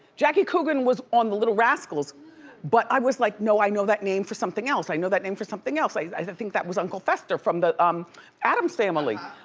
jackie coogan was on the little rascals but i was like no, i know that name for something else, i know that name for something else. i think that was uncle fester from the um addams family.